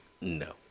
No